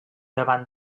davant